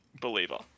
believer